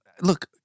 look